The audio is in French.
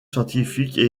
scientifiques